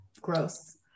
gross